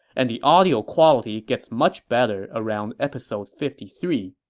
and the audio quality gets much better around episode fifty three.